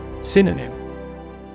Synonym